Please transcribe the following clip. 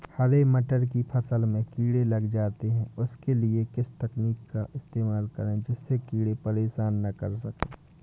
हरे मटर की फसल में कीड़े लग जाते हैं उसके लिए किस तकनीक का इस्तेमाल करें जिससे कीड़े परेशान ना कर सके?